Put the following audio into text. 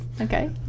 Okay